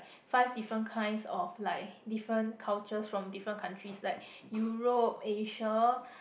five different kinds of like different cultures from different countries like Europe Asia